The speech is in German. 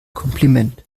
kompliment